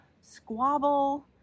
squabble